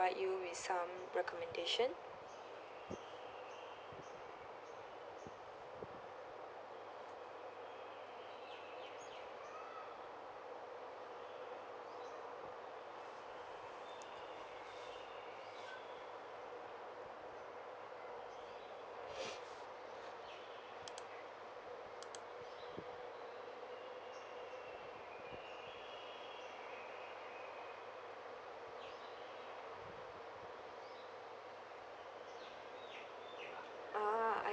you with some recommendation ah I